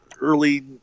early